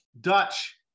Dutch